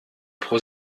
pro